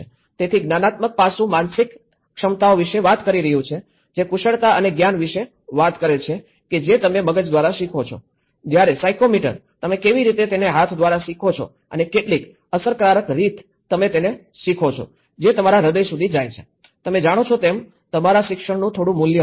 તેથી જ્ઞાનાત્મક પાસું માનસિક ક્ષમતાઓ વિશે વાત કરી રહ્યું છે જે કુશળતા અને જ્ઞાન વિશે વાત કરે છે કે જે તમે મગજ દ્વારા શીખો છો જ્યારે સાયકોમોટર તમે કેવી રીતે તેને હાથ દ્વારા શીખો છો અને કેટલી અસરકારક રીતે તમે તેને શીખો છો જે તમારા હૃદય સુધી જાય છે તમે જાણો છો તેમ તમારા શિક્ષણનું થોડું મૂલ્ય હતું